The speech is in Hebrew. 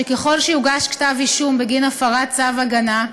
שככל שיוגש כתב-אישום בגין הפרת צו הגנה,